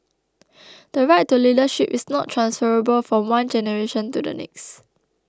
the right to leadership is not transferable from one generation to the next